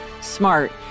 smart